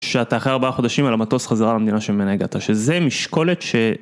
שאתה אחרי ארבעה חודשים על המטוס חזרה למדינה שממנה הגעת. שזה משקולת ש...